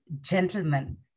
gentlemen